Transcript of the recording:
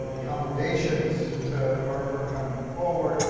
commendations to her for coming forward.